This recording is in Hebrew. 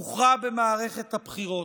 הוכרע במערכת הבחירות,